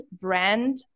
brand